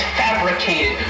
fabricated